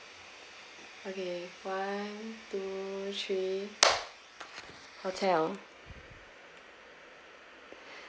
okay one two three hotel